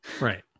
right